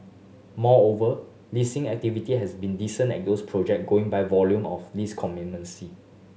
moreover leasing activity has been decent at these project going by volume of lease commencements